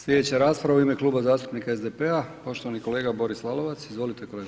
Slijedeća rasprava u ime Kluba zastupnika SDP-a, poštovani kolega Boris Lalovac, izvolite kolega